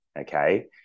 Okay